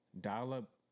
dial-up